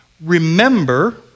Remember